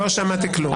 לא שמעתי כלום.